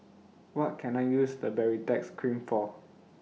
What Can I use The Baritex Cream For